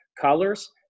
Colors